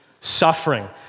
suffering